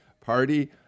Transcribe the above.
Party